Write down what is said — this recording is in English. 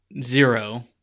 zero